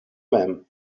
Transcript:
mem